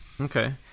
Okay